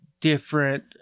different